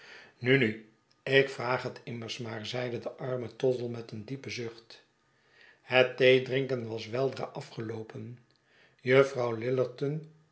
nu nu ik vraag het immers maar zeide de arme tottle met een diepen zucht het theedrinken was weldra afgeloopen juffrouw lillerton